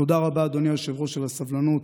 תודה רבה, אדוני היושב-ראש, על הסבלנות.